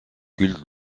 culte